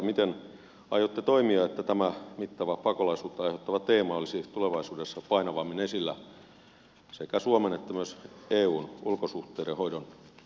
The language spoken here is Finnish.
miten aiotte toimia että tämä mittava pakolaisuutta ai heuttava teema olisi tulevaisuudessa painavammin esillä sekä suomen että myös eun ulkosuhteiden hoidon agendalla